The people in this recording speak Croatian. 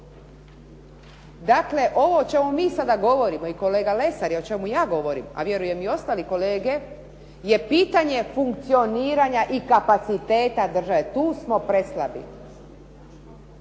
Dakle, ovo o čemu mi govorimo i kolega Lesar i o čemu ja govorim a vjerujem i ostali kolege, je pitanje funkcioniranja i kapaciteta države, tu smo preslabi.